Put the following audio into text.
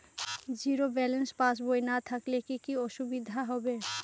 Zero balance পাসবই না থাকলে কি কী অসুবিধা হবে?